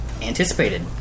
anticipated